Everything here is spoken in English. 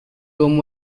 rome